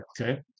okay